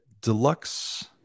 deluxe